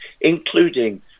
including